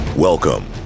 Welcome